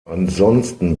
ansonsten